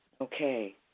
Okay